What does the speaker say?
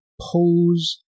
pose